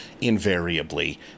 invariably